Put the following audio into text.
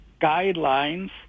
guidelines